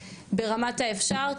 ברמת האפשר,